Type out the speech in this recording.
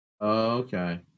okay